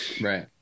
Right